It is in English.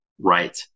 Right